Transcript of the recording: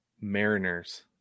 Mariners